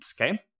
Okay